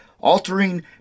altering